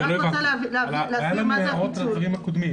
אני רוצה להסביר מה זה הפיצול.